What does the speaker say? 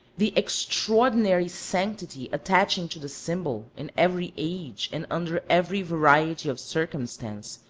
the extraordinary sanctity attaching to the symbol, in every age and under every variety of circumstance,